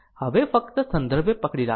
તેથી ફક્ત સંદર્ભે પકડી રાખો